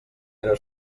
era